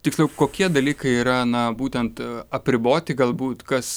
tiksliau kokie dalykai yra na būtent apriboti galbūt kas